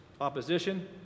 opposition